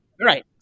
Right